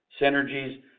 synergies